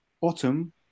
bottom